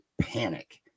panic